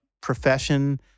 profession